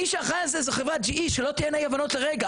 מי שאחראי על זה זו חברת GE שלא תהיינה אי-הבנות לרגע